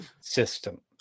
system